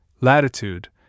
latitude